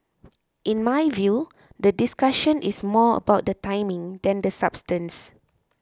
in my view the discussion is more about the timing than the substance